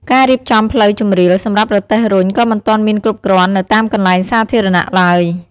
ការរៀបចំផ្លូវជម្រាលសម្រាប់រទេះរុញក៏មិនទាន់មានគ្រប់គ្រាន់នៅតាមកន្លែងសាធារណៈឡើយ។